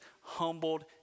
humbled